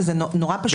וזה פשוט מאוד.